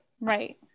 Right